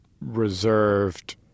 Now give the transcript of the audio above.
reserved